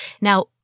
Now